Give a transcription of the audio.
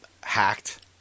hacked